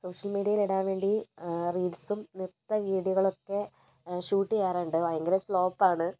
social മീഡിയയിലിടാൻ വേണ്ടി റീൽസും നൃത്ത വീഡിയോകളൊക്കെ ഷൂട്ട് ചെയ്യാറുണ്ട് ഭയങ്കര ഫ്ലോപ്പാണ്